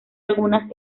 algunas